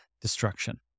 destruction